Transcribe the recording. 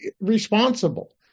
responsible